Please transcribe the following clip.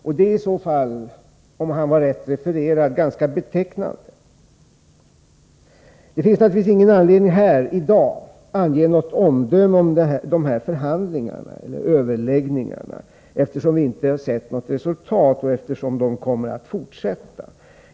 Det är i så fall — om han var riktigt refererad — ganska betecknande. Det finns ingen anledning att här i dag avge något omdöme om dessa överläggningar, eftersom vi inte har sett något resultat och eftersom överläggningarna kommer att fortsätta.